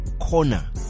corner